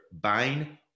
buying